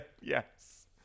Yes